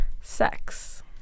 sex